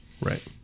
Right